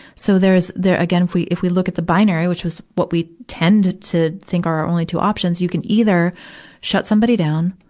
so there's, again, if we, if we look at the binary, which was what we tend to think our only two options, you can either shut somebody down,